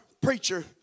preacher